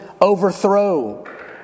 overthrow